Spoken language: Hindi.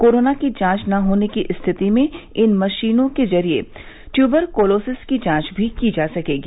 कोरोना की जांच न होने की स्थिति में इन मशीनों के जरिये ट्यूबरकोलोसिस की जांच भी की जा सकेगी